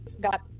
got